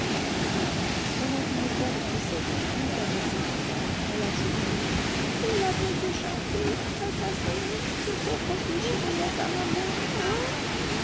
puis prenant une voix de fausset des plus caressantes elle ajouta on l'a donc écharpé assassiné ce pauvre vieux chéri à sa maman hein